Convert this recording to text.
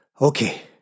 Okay